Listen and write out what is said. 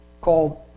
called